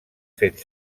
fet